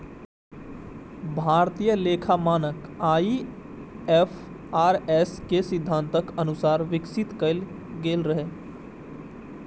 भारतीय लेखा मानक आई.एफ.आर.एस के सिद्धांतक अनुसार विकसित कैल गेल रहै